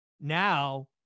now